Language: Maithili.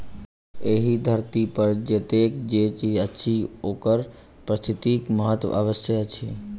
एहि धरती पर जतेक जे चीज अछि ओकर पारिस्थितिक महत्व अवश्य अछि